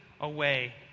away